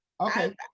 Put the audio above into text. Okay